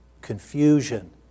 confusion